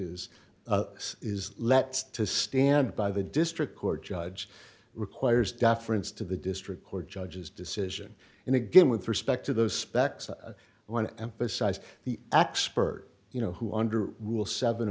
is is let's to stand by the district court judge requires deference to the district court judge's decision and again with respect to those specs i want to emphasize the x spurt you know who under rule seven